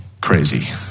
crazy